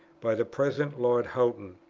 by the present lord houghton.